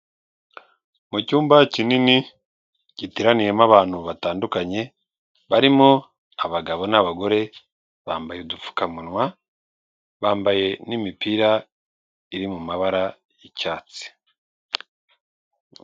Mucyumba kinini giteraniyemo abantu batandukanye, barimo abagabo n'abagore bambaye udupfukamunwa, bambaye n'imipira iri mu mabara y'icyatsi.